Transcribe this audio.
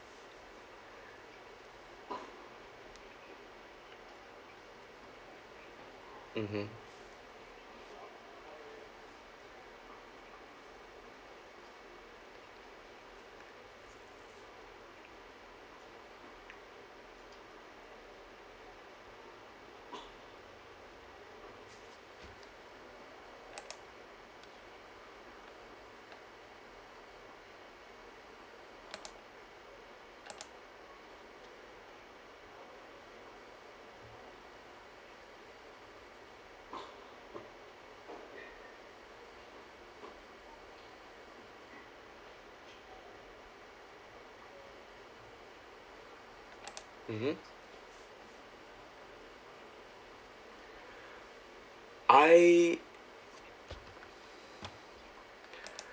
mmhmm mmhmm I